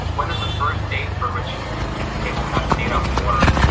when is the first data for which this table has data for?